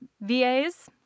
VAs